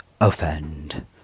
offend